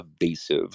evasive